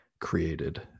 created